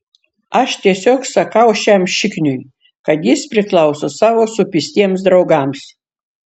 aš tiesiog sakau šiam šikniui kad jis priklauso savo supistiems draugams